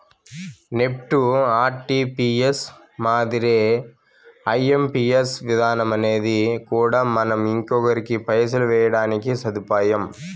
NEFT, RTGS మాదిరే IMPS విధానమనేది కూడా మనం ఇంకొకరికి పైసలు వేయడానికి సదుపాయం